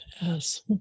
Yes